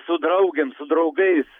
su draugėm su draugais